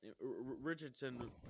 Richardson